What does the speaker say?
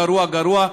גרוע-גרוע,